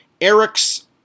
Eric's